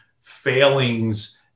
failings